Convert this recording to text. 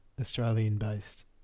Australian-based